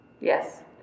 Yes